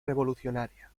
revolucionaria